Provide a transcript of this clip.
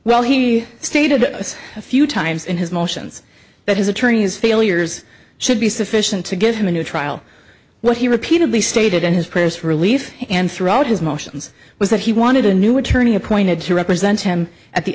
well he stated this a few times in his motions that his attorneys failures should be sufficient to give him a new trial what he repeatedly stated in his prayers for relief and throughout his motions was that he wanted a new attorney appointed to represent him at the